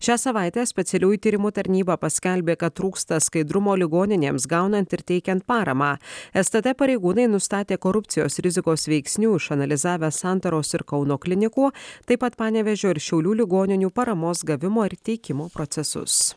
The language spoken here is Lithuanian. šią savaitę specialiųjų tyrimų tarnyba paskelbė kad trūksta skaidrumo ligoninėms gaunant ir teikiant paramą stt pareigūnai nustatė korupcijos rizikos veiksnių išanalizavę santaros ir kauno klinikų taip pat panevėžio ir šiaulių ligoninių paramos gavimo ir teikimo procesus